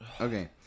Okay